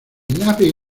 nave